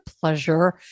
pleasure